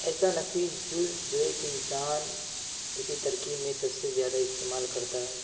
ایسا نفیس جز جو ایک انسان كسی تركیب میں سب سے زیادہ استعمال کرتا ہے